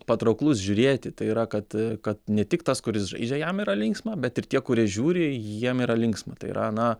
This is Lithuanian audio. patrauklus žiūrėti tai yra kad kad ne tik tas kuris žaidžia jam yra linksma bet ir tie kurie žiūri jiem yra linksma tai yra na